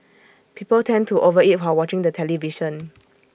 people tend to over eat while watching the television